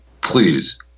Please